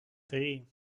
три